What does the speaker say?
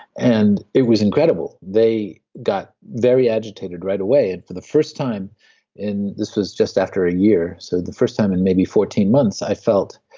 and it was incredible, they got very agitated right away, and for the first time and this was just after a year, so the first time in maybe fourteen months i felt